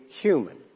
human